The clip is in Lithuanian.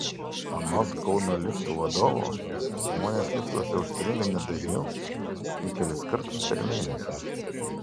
anot kauno liftų vadovo žmonės liftuose užstringa ne dažniau nei kelis kartus per mėnesį